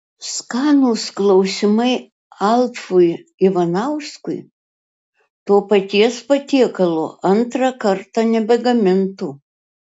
skanūs klausimai alfui ivanauskui to paties patiekalo antrą kartą nebegamintų